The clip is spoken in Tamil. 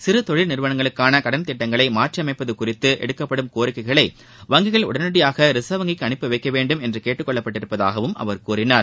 சிறுதொழில் நிறுவனங்களுக்கான கடன் திட்டங்களை மாற்றியமைப்பது குறித்து எடுக்கப்படும் கோரிக்கைகளை வங்கிகள் உடனடியாக ரிசர்வ் வங்கிக்கு அனுப்பி வைக்க வேண்டும் என்று கேட்டுக் கொள்ளப்பட்டிருப்பதாகவும் அவர் கூறினார்